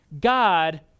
God